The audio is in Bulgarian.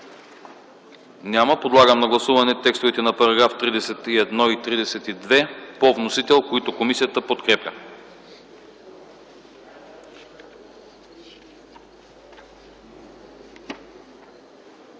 Няма. Подлагам на гласуване текстовете на § 41 и 42 по вносител, които комисията подкрепя.